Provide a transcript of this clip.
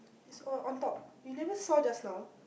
it's all on top you never saw just now